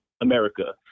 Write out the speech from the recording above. America